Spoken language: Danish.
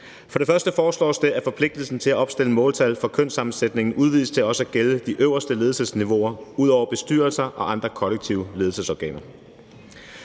For det første foreslås det, at forpligtelsen til at opstille måltal for kønssammensætningen udvides til også at gælde de øverste ledelsesniveauer ud over bestyrelser og andre kollektive ledelsesorganer.